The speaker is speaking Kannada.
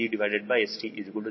68750